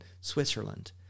Switzerland